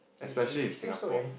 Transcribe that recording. especially in Singapore